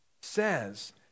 says